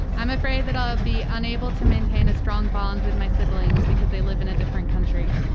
i'm afraid that i'll be unable to maintain a strong bond with my siblings because they live in a different country.